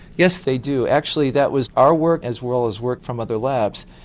yes they do, actually that was our work, as well as work from other labs,